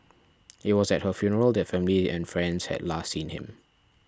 it was at her funeral that family and friends had last seen him